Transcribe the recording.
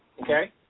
Okay